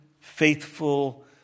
faithful